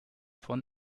von